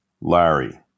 Larry